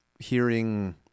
hearing